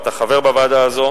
אתה חבר בוועדה הזו,